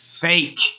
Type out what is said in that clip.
fake